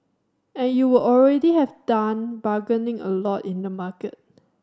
and you would already have done bargaining a lot in the market